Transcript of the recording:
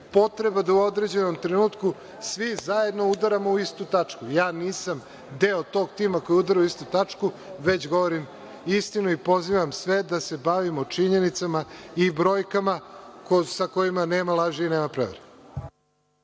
potreba da u određenom trenutku svi zajedno udaramo u istu tačku. Nisam deo tog tima koji udara u istu tačku, već govorim istinu i pozivam sve da se bavimo činjenicama i brojkama sa kojima nema laži i nema prevare.